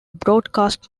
broadcast